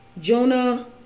Jonah